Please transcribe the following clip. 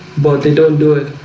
but they don't do it.